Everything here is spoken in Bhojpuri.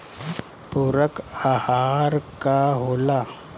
पुरक अहार का होला?